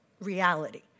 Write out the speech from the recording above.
reality